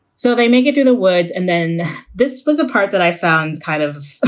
so they make it through the woods. and then this was a part that i found kind of a